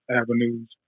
avenues